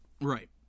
Right